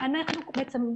אנחנו בעצם,